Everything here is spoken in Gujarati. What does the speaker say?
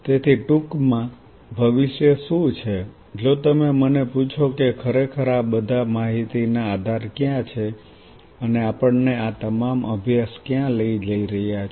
તેથી ટૂંકમાં ભવિષ્ય શું છે જો તમે મને પૂછો કે ખરેખર આ બધા માહિતીના આધાર ક્યાં છે અને આપણને આ તમામ અભ્યાસ ક્યાં લઈ જઈ રહ્યા છે